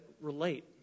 relate